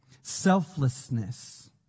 Selflessness